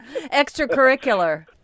Extracurricular